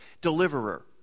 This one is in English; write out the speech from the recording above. deliverer